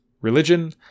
religion